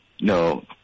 No